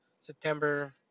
September